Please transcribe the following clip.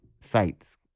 sites